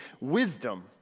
wisdom